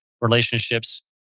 relationships